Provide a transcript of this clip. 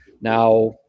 Now